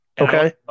Okay